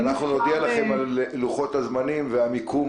אנחנו נודיע לכם על לוחות הזמנים ומיקום